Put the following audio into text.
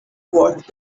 work